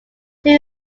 two